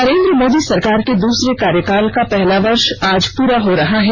नरेन्द्र मोदी सरकार के दूसरे कार्यकाल का पहला वर्ष आज पूरा हो रहा है